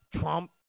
Trump